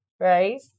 Right